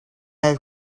have